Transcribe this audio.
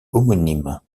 homonyme